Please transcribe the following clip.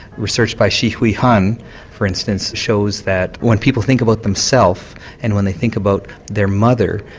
research by shihui han for instance shows that when people think about themselves and when they think about their mother,